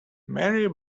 mary